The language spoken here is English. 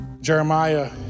Jeremiah